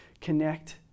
connect